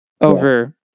over